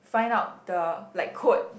find out the like quote